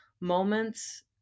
moments